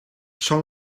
són